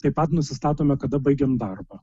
taip pat nusistatome kada baigiam darbą